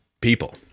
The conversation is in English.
people